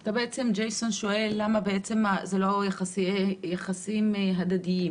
אתה בעצם שואל למה זה לא יחסים הדדיים.